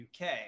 UK